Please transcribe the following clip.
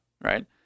right